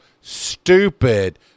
stupid